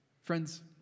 Friends